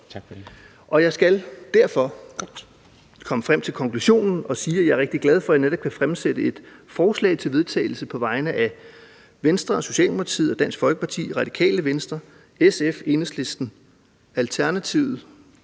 Jeg skal derfor komme frem til konklusionen og sige, at jeg er rigtig glad for, at jeg på vegne af Venstre, Socialdemokratiet, Dansk Folkeparti, Radikale Venstre, SF, Enhedslisten, Konservative